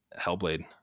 hellblade